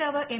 നേതാവ് എം